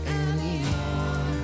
anymore